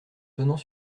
donnant